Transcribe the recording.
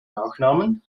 nachnamen